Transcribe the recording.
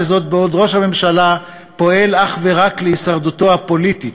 וזאת בעוד ראש הממשלה פועל אך ורק להישרדותו הפוליטית,